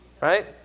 right